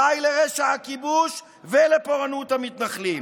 די לרשע הכיבוש ולפורענות המתנחלים.